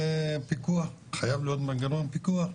חייב להיות מנגנון פיקוח,